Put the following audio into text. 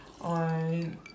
on